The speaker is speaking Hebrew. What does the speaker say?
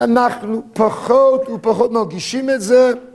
אנחנו פחות ופחות מרגישים את זה